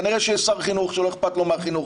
כנראה שיש שר חינוך שלא אכפת לו מהחינוך,